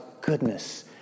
goodness